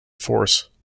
force